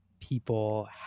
people